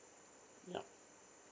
yup